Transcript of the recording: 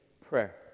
prayer